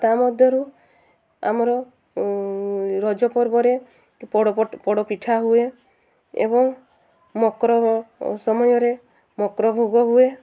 ତା ମଧ୍ୟରୁ ଆମର ରଜ ପର୍ବରେ ପୋଡ଼ ପୋଡ଼ ପିଠା ହୁଏ ଏବଂ ମକର ସମୟରେ ମକର ଭୋଗ ହୁଏ